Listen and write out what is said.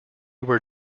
were